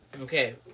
okay